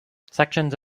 sections